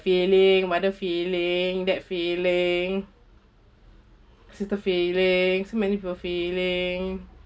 feeling mother feeling that feeling feeling so many people feeling